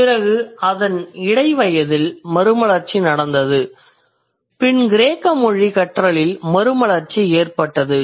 பிறகு அதன் இடைவயதில் மறுமலர்ச்சி நடந்தத பின் கிரேக்க மொழி கற்றலில் மறுமலர்ச்சி ஏற்பட்டது